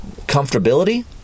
comfortability